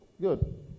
good